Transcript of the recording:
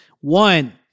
One